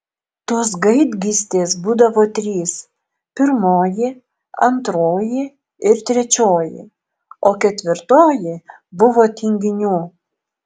tos gaidgystės būdavo trys pirmoji antroji ir trečioji o ketvirtoji buvo tinginių